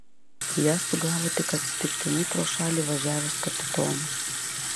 ją sugavo tik atsitiktinai pro šalį važiavęs kapitonas